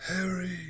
Harry